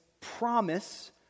promise